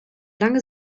lange